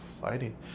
fighting